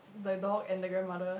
the door and the grandmother